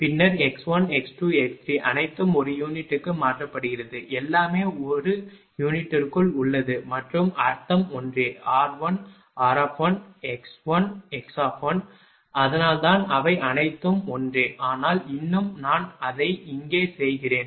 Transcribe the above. பின்னர் x1x2x3 அனைத்தும் ஒரு யூனிட்டுக்கு மாற்றப்படுகிறது எல்லாமே ஒரு யூனிட்டிற்குள் உள்ளது மற்றும் அர்த்தம் ஒன்றே r1 r1x1 x அதனால்தான் அவை அனைத்தும் ஒன்றே ஆனால் இன்னும் நான் அதை இங்கே செய்கிறேன்